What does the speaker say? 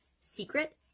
secret